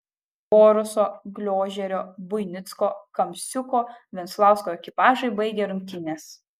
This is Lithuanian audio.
boruso gliožerio buinicko kamsiuko venslausko ekipažai baigė rungtynes